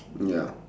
ya